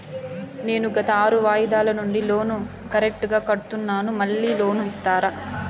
నేను గత ఆరు వాయిదాల నుండి లోను కరెక్టుగా కడ్తున్నాను, మళ్ళీ లోను ఇస్తారా?